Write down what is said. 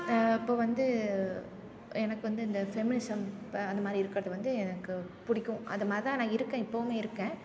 இப்போ வந்து எனக்கு வந்து இந்த ஃபெமினிசம் இப்போ அந்தமாதிரி இருக்கிறது வந்து எனக்கு பிடிக்கும் அதைமாதிரிதான் நான் இருக்கேன் இப்பவுமே இருக்கேன்